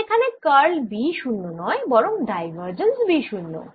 তাহলে এখানে curl B শুন্য নয় বরং ডাইভার্জেন্স B শুন্য